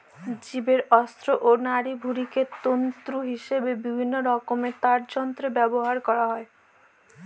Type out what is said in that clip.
জীবের অন্ত্র ও নাড়িভুঁড়িকে তন্তু হিসেবে বিভিন্নরকমের তারযন্ত্রে ব্যবহার করা হয়